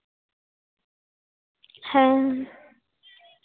ᱦᱮᱸ